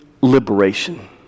liberation